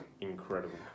Incredible